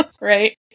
Right